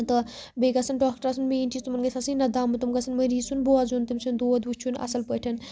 تہٕ بیٚیہِ گَژھن ڈاکٹر آسٕن مین چیز تِمن گَژھِ آسٕنۍ ندامَت تِم گَژھن مٔریض سُند بوزُن تٔمۍ سُند دود وُچھُن اصل پٲٹھۍ